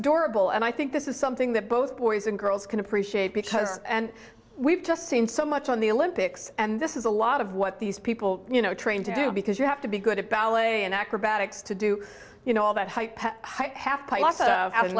adorable and i think this is something that both boys and girls can appreciate because and we've just seen so much on the olympics and this is a lot of what these people you know trained to do because you have to be good at ballet and acrobatics to do you know all that